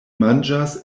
manĝas